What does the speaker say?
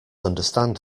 understand